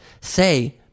Say